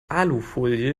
alufolie